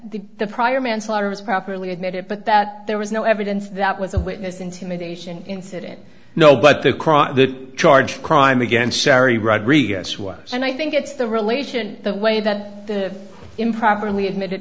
the the prior manslaughter was properly admitted but that there was no evidence that was a witness intimidation incident no but the charge crime again sorry rodriguez was and i think it's the relation the way that the improperly admitted